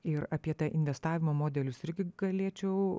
ir apie investavimo modelius irgi galėčiau